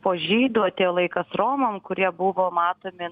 po žydų atėjo laikas romam kurie buvo matomi